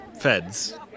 feds